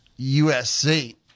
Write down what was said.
USC